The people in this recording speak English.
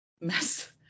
mess